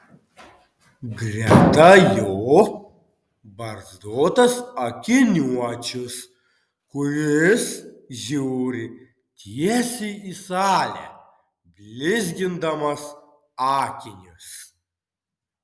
greta jo barzdotas akiniuočius kuris žiūri tiesiai į salę blizgindamas akinius